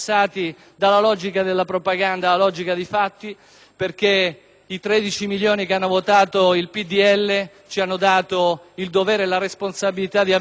di cittadini che hanno votato il PdL ci hanno affidato il dovere e la responsabilità di avviare l'Italia verso i suoi più alti e immancabili destini.